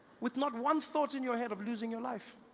with not one thought in your head of losing your life